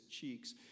cheeks